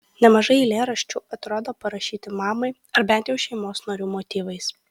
nemažai eilėraščių atrodo parašyti mamai ar bent jau šeimos narių motyvais